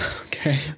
Okay